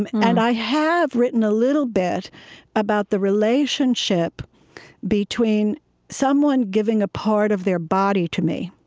and i have written a little bit about the relationship between someone giving a part of their body to me.